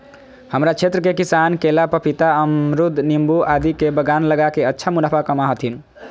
हमरा क्षेत्र के किसान केला, पपीता, अमरूद नींबू आदि के बागान लगा के अच्छा मुनाफा कमा हथीन